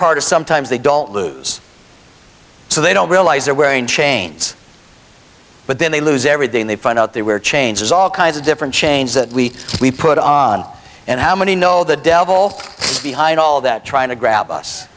part is sometimes they don't lose so they don't realize they're wearing chains but then they lose everything they find out there were changes all kinds of different chains that we put on and how many know the devil is behind all that trying to grab us